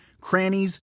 crannies